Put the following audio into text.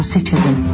Citizen